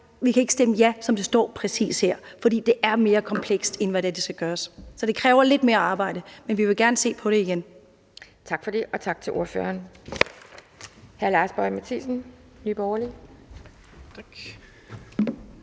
Vi kan bare ikke stemme ja, som det står præcis her. For det er mere komplekst, hvad der skal gøres. Så det kræver lidt mere arbejde. Men vi vil gerne se på det igen. Kl. 11:20 Anden næstformand (Pia Kjærsgaard): Tak for det, og tak til ordføreren. Hr. Lars Boje Mathiesen, Nye Borgerlige. Kl.